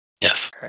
Yes